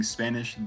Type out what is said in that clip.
Spanish